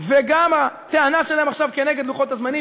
וגם הטענה שלהם עכשיו כנגד לוחות-הזמנים,